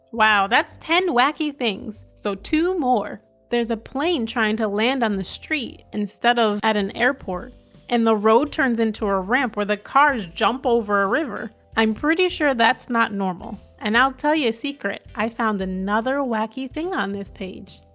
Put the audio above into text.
wow that's ten wacky things. so two more. there's a plane trying to land on the street instead of at an airport and the road turns into a ramp where the cars jump over a river. i'm pretty sure that's not normal. and i'll tell you a secret i found another wacky thing on this page,